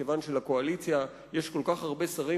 כיוון שלקואליציה יש כל כך הרבה שרים